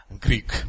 Greek